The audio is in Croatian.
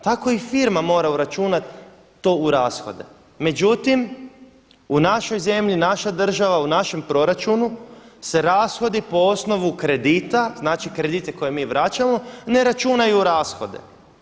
Tako i firma mora uračunat to u rashode, međutim u našoj zemlji naša država u našem proračunu se rashodi po osnovu kredita, znači kredite koje mi vraćamo ne računaju u rashode.